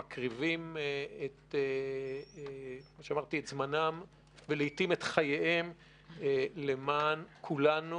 שמקריבים את זמנם ולעיתים את חייהם למען כולנו,